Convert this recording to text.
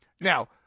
Now